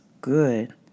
good